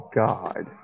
god